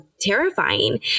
terrifying